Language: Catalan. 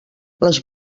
les